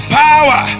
power